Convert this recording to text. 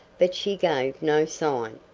but she gave no sign.